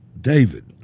David